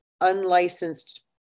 unlicensed